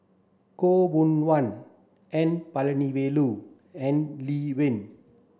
Khaw Boon Wan N Palanivelu and Lee Wen